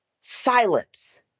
silence